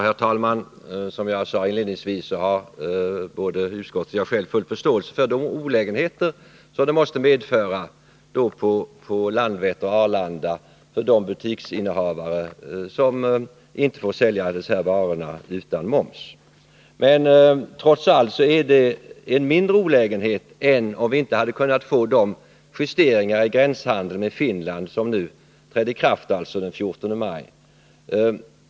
Herr talman! Som jag inledningsvis sade har både utskottet och jag själv full förståelse för de olägenheter som det måste innebära för butikerna på Landvetter och Arlanda att inte få sälja sina varor utan moms. Men trots allt är dessa olägenheter mindre jämfört med dem som vi skulle ha fått om vi inte hade kunnat åstadkomma de justeringar i gränshandeln med Finland som trädde i kraft den 14 maj.